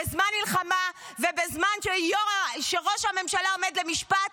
בזמן מלחמה ובזמן שראש הממשלה עומד למשפט,